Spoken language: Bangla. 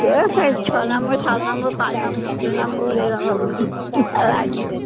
কিরম সাইজ ছ নম্বর সাত নম্বর পাঁচ নম্বর দু নম্বর এ্ররম লাগবে